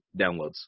downloads